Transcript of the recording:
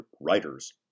WRITERS